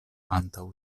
antaŭ